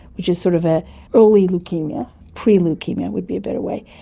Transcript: which is sort of an early leukaemia, pre-leukaemia would be a better way,